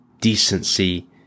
decency